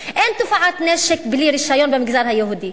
3. אין תופעת נשק בלי רשיון במגזר היהודי,